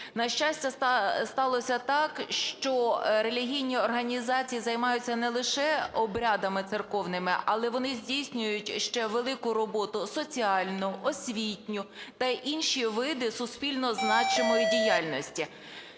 На щастя, сталося так, що релігійні організації займаються не лише обрядами церковними, але вони здійснюють ще велику роботу соціальну, освітню та інші види суспільно значимої діяльності.